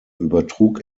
übertrug